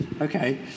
Okay